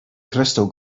crystal